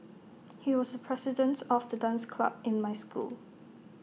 he was the president of the dance club in my school